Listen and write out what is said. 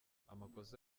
amakosa